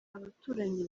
abaturanyi